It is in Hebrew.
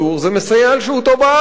זה מסייע לשהותו בארץ.